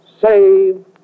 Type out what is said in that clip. save